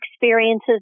experiences